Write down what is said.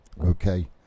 okay